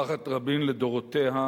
משפחת רבין לדורותיה,